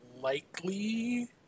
likely